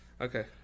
Okay